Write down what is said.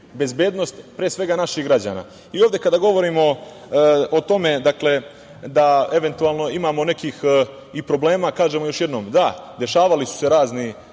bezbednost pre svega naših građana. Ovde kada govorimo o tome da eventualno imamo nekih i problema, kažemo još jednom, da, dešavali su se razni